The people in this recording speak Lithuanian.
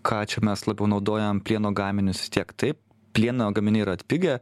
ką čia mes labiau naudojam plieno gaminius vis tiek taip plieno gaminiai yra atpigę